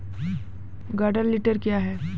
Garden tiller क्या हैं?